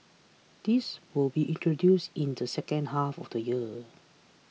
this will be introduced in the second half of the year